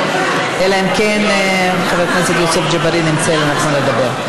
אלא אם כן חבר הכנסת יוסף ג'בארין ימצא לנכון לדבר.